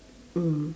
mm